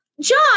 John